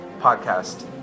podcast